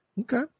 Okay